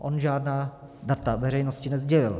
On žádná data veřejnosti nesdělil.